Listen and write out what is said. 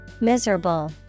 Miserable